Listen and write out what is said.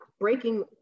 breaking